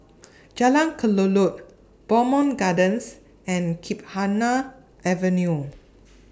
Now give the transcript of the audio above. Jalan Kelulut Bowmont Gardens and Gymkhana Avenue